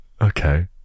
okay